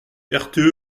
rte